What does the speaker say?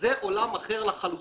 זה עולם אחר לחלוטין.